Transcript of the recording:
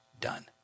done